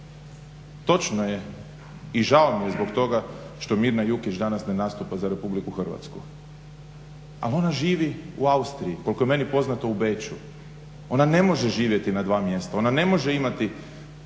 Točno je i žao mi je zbog toga što Mirna Jukić danas ne nastupa za RH, a ona živi u Austriji koliko je meni poznato u Beču. Ona ne može živjeti na dva mjesta, ona ne može imati